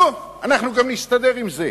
נו, אנחנו נסתדר גם עם זה.